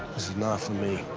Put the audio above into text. this is not for me.